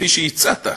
כפי שהצעת,